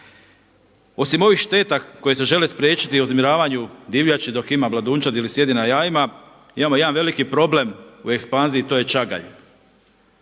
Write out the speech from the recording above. Osim ovih šteta koje se žele spriječiti u uznemiravanju divljači dok ima mladunčad ili sjedi na jajima imamo jedan veliki problem u ekspanziji, to je čagalj.